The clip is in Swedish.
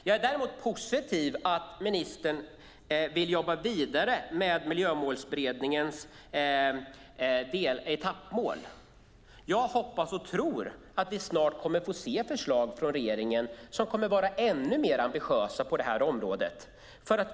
Jag är däremot positiv till att ministern vill jobba vidare med Miljömålsberedningens etappmål. Jag hoppas och tror att vi snart kommer att få se förslag från regeringen som kommer att vara ännu mer ambitiösa på området.